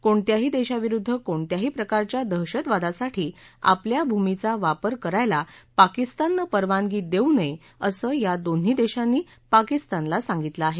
कोणत्याही देशाविरुद्ध कोणत्याही प्रकारच्या दहशतवादासाठी आपल्या भूमीचा वापर करायला पाकिस्ताननं परवानगी देऊ नये असं या दोन्ही देशांनी पाकिस्तानला सांगितलं आहे